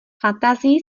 fantazii